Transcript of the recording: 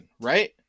right